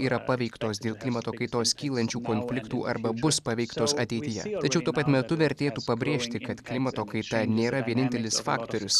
yra paveiktos dėl klimato kaitos kylančių konfliktų arba bus paveiktos ateityje tačiau tuo pat metu vertėtų pabrėžti kad klimato kaita nėra vienintelis faktorius